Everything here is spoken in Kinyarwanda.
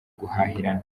guhahirana